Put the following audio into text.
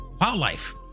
wildlife